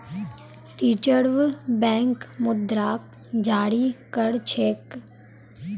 reserve bank मुद्राक जारी कर छेक